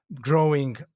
growing